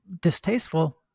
distasteful